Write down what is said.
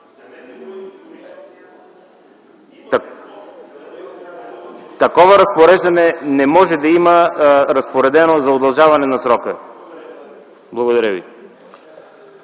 Такова разпореждане не може да има – за удължаване на срока. Благодаря Ви.